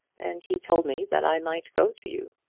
and he told me that i might go to you.